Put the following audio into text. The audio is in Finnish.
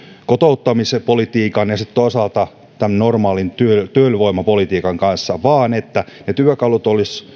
kotouttamispolitiikan ja sitten toisaalta tämän normaalin työvoimapolitiikan kanssa vaan että ne työkalut